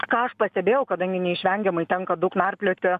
ką aš pastebėjau kadangi neišvengiamai tenka daug narplioti